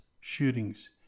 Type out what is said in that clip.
shootings